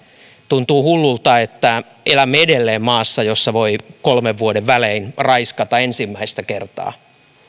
tuntuu hullulta että elämme edelleen maassa jossa voi kolmen vuoden välein raiskata ensimmäistä kertaa